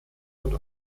und